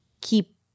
keep